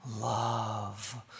love